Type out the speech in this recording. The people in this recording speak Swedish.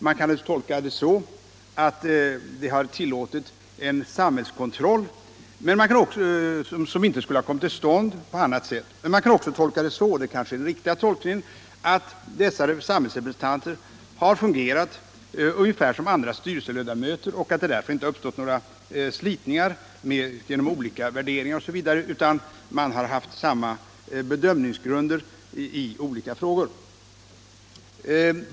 Man kan tolka det så att representationen har tillåtit en samhällskontroll som inte skulle ha kommit till stånd på annat sätt. Men man kan också tolka det så — och det kanske är den riktiga tolkningen — att dessa samhällsrepresentanter har fungerat ungefär som andra styrelseledamöter och att det därför inte har uppstått några slitningar genom olika värderingar osv.; alla har haft samma bedömningsgrunder i olika frågor.